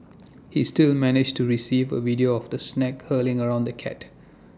he still managed to receive A video of the snake curling around the cat